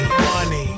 Money